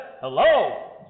Hello